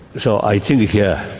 so i think yeah